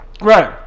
right